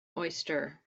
oyster